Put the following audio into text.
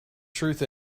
truth